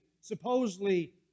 supposedly